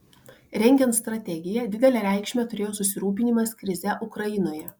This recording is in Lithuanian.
rengiant strategiją didelę reikšmę turėjo susirūpinimas krize ukrainoje